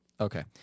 Okay